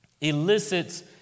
elicits